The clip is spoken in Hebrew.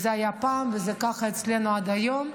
זה היה פעם וזה ככה אצלנו עד היום.